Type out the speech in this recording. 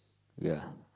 ya